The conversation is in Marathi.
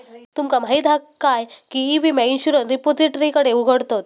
तुमका माहीत हा काय की ई विम्याक इंश्युरंस रिपोजिटरीकडे उघडतत